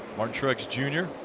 martin truex jr.